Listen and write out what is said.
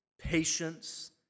patience